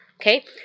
Okay